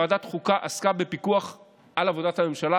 ועדת החוקה עסקה בפיקוח על עבודת הממשלה,